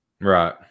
Right